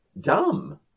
dumb